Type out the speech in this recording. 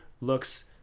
looks